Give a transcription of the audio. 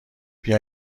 بیا